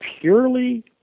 purely